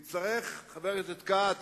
תצטרך, חבר הכנסת כץ,